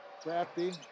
Crafty